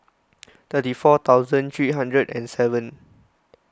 thirty four thousand three hundred and seven